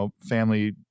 family